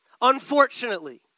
Unfortunately